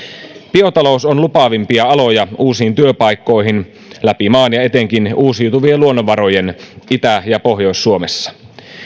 biotalous on lupaavimpia aloja uusiin työpaikkoihin läpi maan ja etenkin uusiutuvien luonnonvarojen itä ja pohjois suomessa